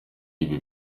ibi